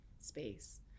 space